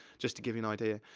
just to give you an idea.